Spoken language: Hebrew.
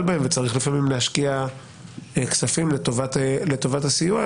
בהם וצריך לפעמים להשקיע כספים לטובת הסיוע,